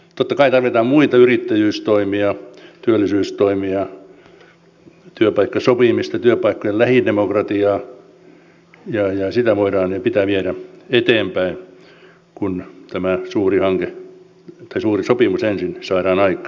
totta kai tarvitaan muita yrittäjyystoimia työllisyystoimia työpaikkasopimista työpaikkojen lähidemokratiaa ja sitä voidaan ja pitää viedä eteenpäin kun tämä suuri sopimus ensin saadaan aikaan